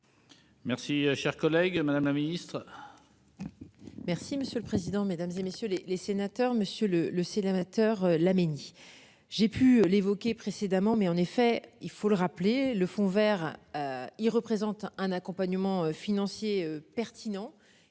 Merci cher collègue. Madame la Ministre. Merci monsieur le président, Mesdames, et messieurs les sénateurs, Monsieur le le sénateur Laménie j'ai pu l'évoquer précédemment mais en effet il faut le rappeler le fond Vert. Il représente un accompagnement financier pertinent